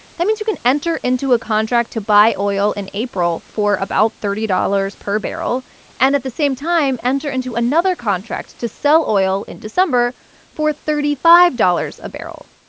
that means you can enter into a contract to buy oil in april for about thirty dollars per barrel and, at the same time, enter into another contract to sell oil in december for thirty five dollars a barrel.